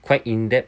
quite in that